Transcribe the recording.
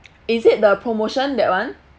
is it the promotion that one